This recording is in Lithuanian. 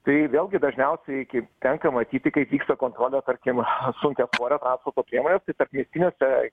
tai vėlgi dažniausiai kaip tenka matyti kaip vyksta kontrolė tarkim sunkiasvorio transporto priemonės tai tarpmiestiniuose